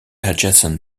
adjacent